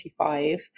25